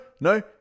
no